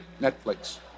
Netflix